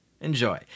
Enjoy